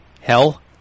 Hell